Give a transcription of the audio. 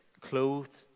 clothed